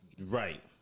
right